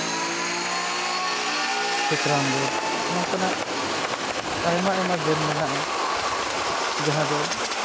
ᱥᱮ carrom board ᱱᱚᱝᱠᱟᱱᱟᱜ ᱟᱭᱢᱟ ᱟᱭᱢᱟ ᱜᱮᱢ ᱢᱮᱱᱟᱜᱼᱟ ᱡᱟᱦᱟᱸ ᱫᱚ